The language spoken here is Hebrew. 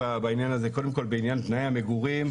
קודם כל בעניין תנאי המגורים,